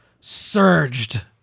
surged